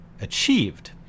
achieved